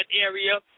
area